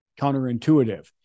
counterintuitive